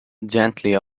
gently